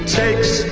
takes